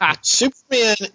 Superman